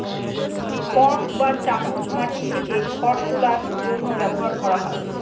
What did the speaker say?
fork বা চামচ মাটি থেকে খড় তোলার জন্য ব্যবহার করা হয়